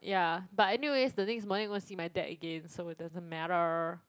ya but anyways the next morning gonna see my dad again so it doesn't matter